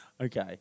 Okay